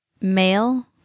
Male